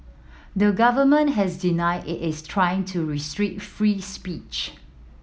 the government has denied it is trying to restrict free speech